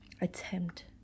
attempt